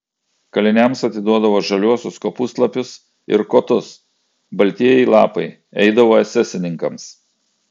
kaliniams atiduodavo žaliuosius kopūstlapius ir kotus baltieji lapai eidavo esesininkams